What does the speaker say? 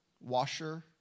washer